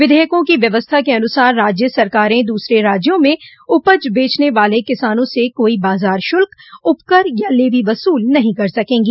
विधेयकों की व्यवस्था के अनुसार राज्य सरकारें दूसरे राज्यों में उपज बेचने वाल किसानों से कोई बाजार शुल्क उपकर या लेवी वसूल नहीं कर सकेंगी